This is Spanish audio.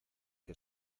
que